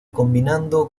combinando